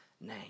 name